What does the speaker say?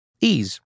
Ease